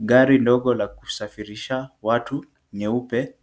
Gari ndogo ya kusafirisha watu nyeupe,